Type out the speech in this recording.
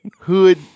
Hood